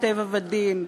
טבע ודין",